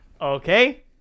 Okay